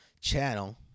channel